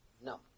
No